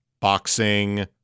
boxing